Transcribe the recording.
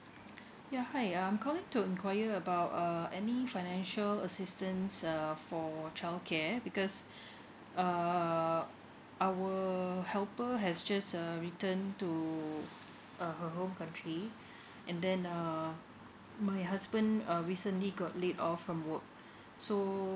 ya hi I'm calling to enquire about uh any financial assistance err for childcare because uh our helper has just err return to her own country and then um my husband um recently got laid off from work so